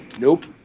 Nope